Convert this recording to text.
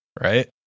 Right